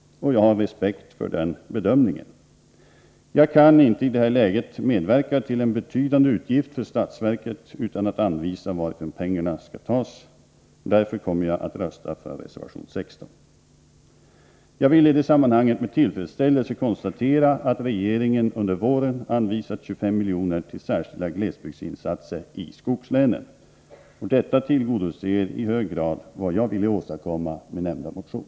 Jag har respekt för den bedömningen. Jag kan inte i detta läge medverka till betydande utgifter för statsverket utan att anvisa varifrån pengarna skall tas. Därför kommer jag att rösta för reservation 16. Jag vill i detta sammanhang med tillfredsställelse konstatera att regeringen under våren anvisat 25 miljoner till särskilda glesbygdsinsatser i skogslänen. Detta tillgodoser i hög grad mitt syfte med nämnda motion.